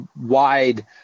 wide